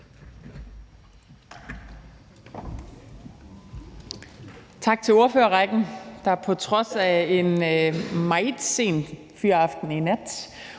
af ordførere, der på trods af en meget sen fyraften i nat